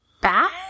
bad